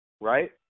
right